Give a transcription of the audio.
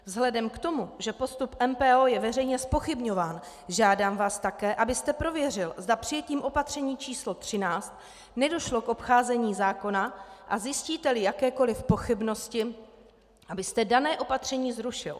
Vzhledem k tomu, že postup MPO je veřejně zpochybňován, žádám vás také, abyste prověřil, zda přijetím opatření č. 13 nedošlo k obcházení zákona, a zjistíteli jakékoli pochybnosti, abyste dané opatření zrušil.